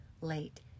late